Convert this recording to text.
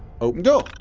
open door!